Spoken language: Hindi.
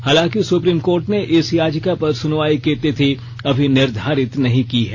हालांकि सुप्रीम कोर्ट ने इस याचिका पर सुनवाई की तिथि अभी निर्धारित नहीं की है